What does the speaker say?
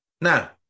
Now